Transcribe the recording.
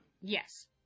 Yes